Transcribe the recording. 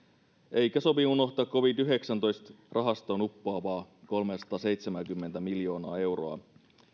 eikä sovi unohtaa covid yhdeksäntoista rahastoon uppoavaa kolmeasataaseitsemääkymmentä miljoonaa euroa